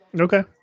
okay